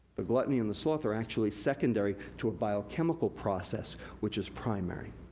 the gluttony and the sloth, are actually secondary to a biochemical process, which is primary.